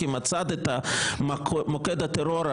כי מצאת את מוקד הטרור.